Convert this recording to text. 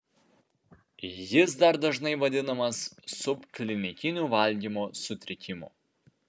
jis dar dažnai vadinamas subklinikiniu valgymo sutrikimu